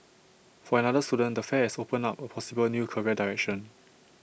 for another student the fair has opened up A possible new career direction